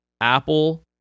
Apple